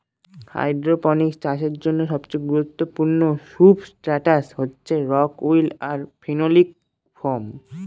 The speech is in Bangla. হাইড্রপনিক্স চাষের জন্য সবচেয়ে গুরুত্বপূর্ণ সুবস্ট্রাটাস হচ্ছে রক উল আর ফেনোলিক ফোম